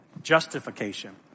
Justification